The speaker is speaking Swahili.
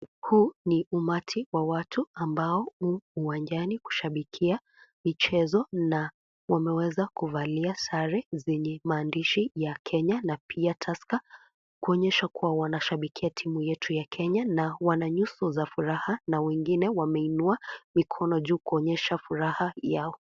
Huu ni uamti wa watu ambao u uwanjani kushabikia michezo na wameweza kuvalia sare za maandishiya Kenya na pia Tusker kuonyesha kuwa wanashabikia timu yetu ya Kenya na wana nyuso za furaha na wengine wameinua mikono juu kuonyesha furaha yao.